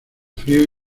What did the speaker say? fríos